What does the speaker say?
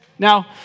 Now